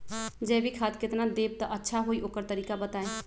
जैविक खाद केतना देब त अच्छा होइ ओकर तरीका बताई?